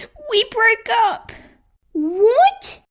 we broke up what!